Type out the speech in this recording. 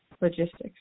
logistics